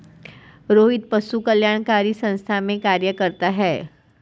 रोहित पशु कल्याणकारी संस्थान में कार्य करता है